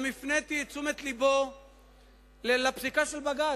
וגם הפניתי את תשומת לבו לפסיקה של בג"ץ.